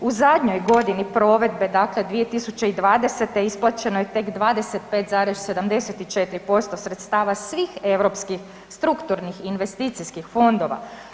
U zadnjoj godini provedbe, dakle 2020. isplaćeno je tek 25,74% sredstava svih europskih strukturnih i investicijskih fondova.